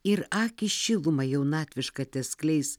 ir akys šilumą jaunatvišką teskleis